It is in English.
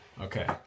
Okay